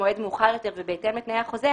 מועד מאוחר יותר ובהתאם לתנאי החוזה,